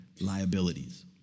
liabilities